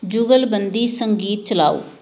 ਜੁਗਲਬੰਦੀ ਸੰਗੀਤ ਚਲਾਓ